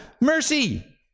mercy